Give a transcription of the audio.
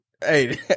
Hey